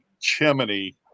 chimney